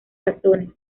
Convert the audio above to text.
razones